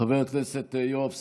חבר הכנסת יואב סגלוביץ',